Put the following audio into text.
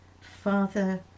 Father